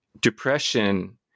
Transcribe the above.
depression